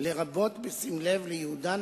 לרבות בשים לב לייעודם,